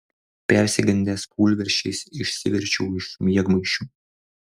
persigandęs kūlversčiais išsiverčiau iš miegmaišio